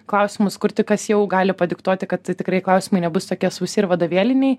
klausimus kurti kas jau gali padiktuoti kad tikrai klausimai nebus tokie sausi ir vadovėliniai